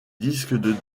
disques